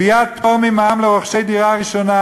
קביעת פטור ממע"מ לרוכשי דירה ראשונה